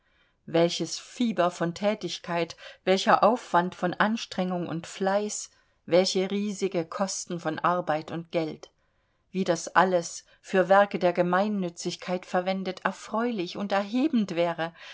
welches fieber von thätigkeit welcher aufwand von anstrengung und fleiß welche riesige kosten von arbeit und geld wie das alles für werke der gemeinnützigkeit verwendet erfreulich und erhebend wäre